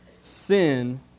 sin